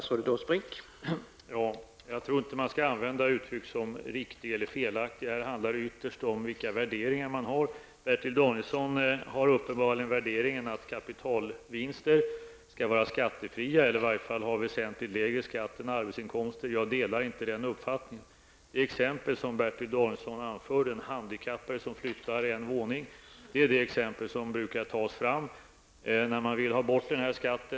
Herr talman! Jag tror inte att man skall använda uttryck som ''riktig'' eller ''felaktig''. Här handlar det ytterst om vilka värderingar man har. Bertil Danielsson har uppenbarligen den värderingen att kapitalvinster skall vara skattefria eller i varje fall ha en väsentligt lägre skatt än arbetsinkomster. Jag delar inte den uppfattningen. Det exempel som Bertil Danielsson anförde om den handikappade som flyttar en våning, är det exempel som man brukar ta fram när man vill ha bort denna skatt.